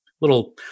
little